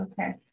okay